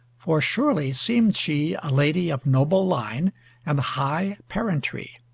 for surely seemed she a lady of noble line and high parentry.